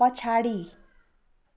पछाडि